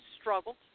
struggled